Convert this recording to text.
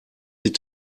sie